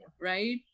right